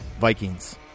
Vikings